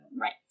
Right